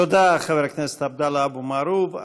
תודה לחבר הכנסת עבדאללה אבו מערוף.